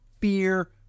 fear